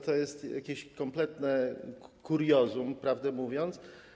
To jest jakieś kompletne kuriozum, prawdę mówiąc.